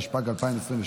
התשפ"ג 2022,